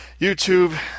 YouTube